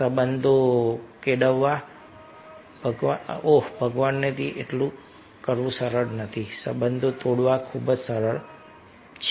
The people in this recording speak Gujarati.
સંબંધ બાંધવો ઓહ ભગવાન તે એટલું સરળ નથી સંબંધ તોડવો ખૂબ જ સરળ ખૂબ જ સરળ